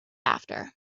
after